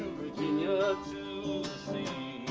virginia, to the sea